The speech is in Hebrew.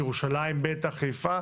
בירושלים בטח ובחיפה,